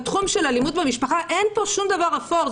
בתחום של אלימות במשפחה אין כאן שום דבר אפור.